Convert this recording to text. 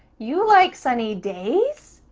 you like sunny days?